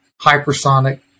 hypersonic